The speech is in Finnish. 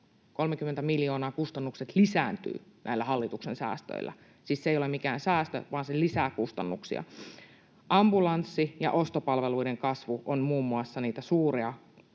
30 miljoonaa kustannukset lisääntyvät näillä hallituksen säästöillä. Siis se ei ole mikään säästö, vaan se lisää kustannuksia. Ambulanssi- ja ostopalveluiden kasvu on muun muassa niitä suuria